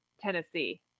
Tennessee